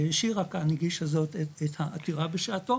שירה כאן הגישה את העתירה בשעתו,